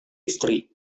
istri